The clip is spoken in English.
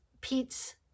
Pete's